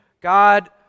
God